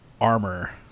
armor